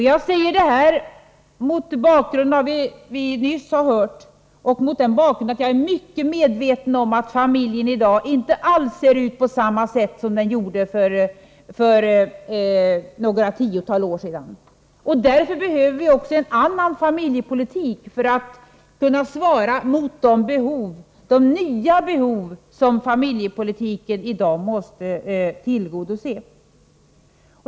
Jag säger detta mot bakgrund av det vi nyss har hört och därför att jag är mycket medveten om att familjen i dag inte alls ser ut på samma sätt som den gjorde för några tiotal år sedan. Därför behöver vi också en annan familjepolitik för att kunna motsvara de nya behov som i dag måste tillgodoses.